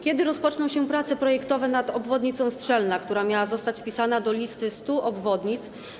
Kiedy rozpoczną się prace projektowe nad obwodnicą Strzelna, która miała zostać wpisana do listy 100 obwodnic?